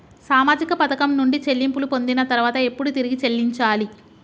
సామాజిక పథకం నుండి చెల్లింపులు పొందిన తర్వాత ఎప్పుడు తిరిగి చెల్లించాలి?